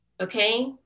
Okay